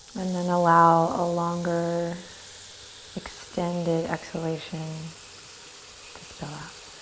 and then allow a longer extended exhalation to spill out.